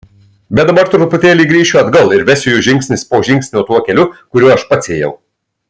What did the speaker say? bet dabar truputėlį grįšiu atgal ir vesiu jus žingsnis po žingsnio tuo keliu kuriuo aš pats ėjau